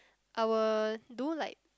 I will do like